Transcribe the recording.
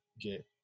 get